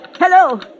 Hello